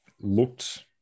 looked